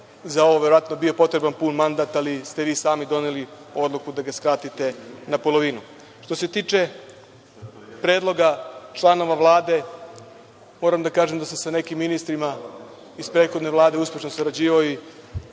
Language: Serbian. za ovo verovatno bio potreban pun mandat, ali ste vi sami doneli odluku da ga skratite na polovinu. Što se tiče predloga članova Vlade, moram da kažem da sam sa nekim ministrima iz prethodne Vlade uspešno sarađivao.